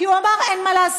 כי הוא אמר: אין מה לעשות,